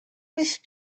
these